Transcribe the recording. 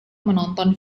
menonton